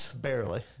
Barely